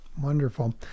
Wonderful